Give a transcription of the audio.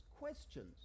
questions